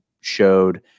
showed